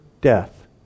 death